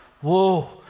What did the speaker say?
Whoa